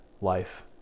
life